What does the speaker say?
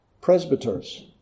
presbyters